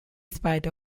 spite